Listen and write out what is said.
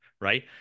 right